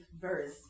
verse